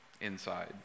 inside